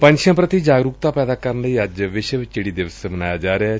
ਪੰਛੀਆਂ ਪੂਤੀ ਜਾਗਰੁਕਤਾ ਪੈਦਾ ਕਰਨ ਲਈ ਅੱਜ ਵਿਸ਼ਵ ਚਿੜੀ ਦਿਵਸ ਮਨਾਇਆ ਜਾ ਰਿਹੈ